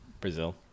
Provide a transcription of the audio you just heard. Brazil